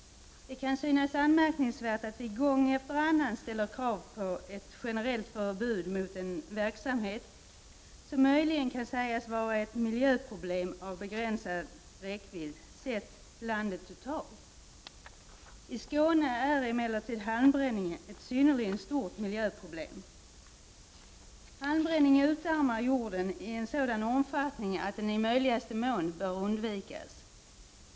Det kan syrias anmärkningsvärt att vi gång efter annan ställer krav på ett generellt förbud mot en verksamhet som möjligen kan sägas vara ett miljöproblem av begränsad räckvidd sett till landet totalt. I Skåne är emellertid halmbränning ett synnerligen stort miljöproblem. Halmbränning utarmar jorden i en sådan omfattning att den i möjligaste mån bör undvikas.